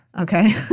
Okay